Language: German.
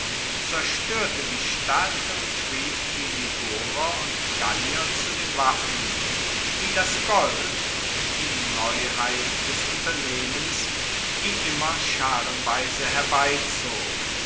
zerstoerte die stadt und rief die ligurer und gallier zu den waffen die das gold und die neuheit des unternehmens wie immer